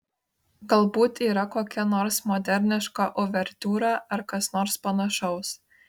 galbūt yra kokia nors moderniška uvertiūra ar kas nors panašaus